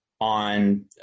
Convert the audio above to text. on